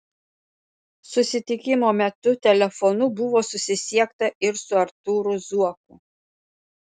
susitikimo metu telefonu buvo susisiekta ir su artūru zuoku